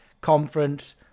conference